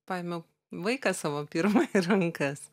paėmiau vaiką savo pirmą į rankas